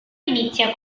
inizia